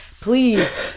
Please